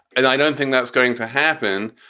and i don't think that's going to happen.